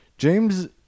James